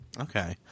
Okay